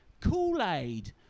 Kool-Aid